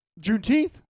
Juneteenth